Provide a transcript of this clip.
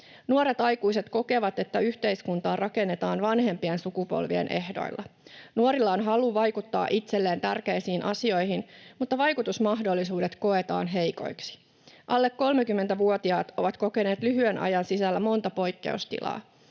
Nuoret aikuiset kokevat, että yhteiskuntaa rakennetaan vanhempien sukupolvien ehdoilla. Nuorilla on halu vaikuttaa itselleen tärkeisiin asioihin, mutta vaikutusmahdollisuudet koetaan heikoiksi. Alle 30-vuotiaat ovat kokeneet lyhyen ajan sisällä monta poikkeustilaa: